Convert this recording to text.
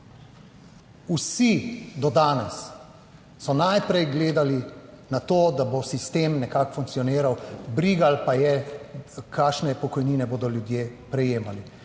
Vsi do danes so najprej gledali na to, da bo sistem nekako funkcioniral, brigalo pa je kakšne pokojnine bodo ljudje prejemali.